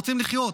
הם רוצים לחיות,